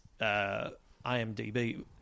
IMDB